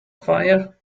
fire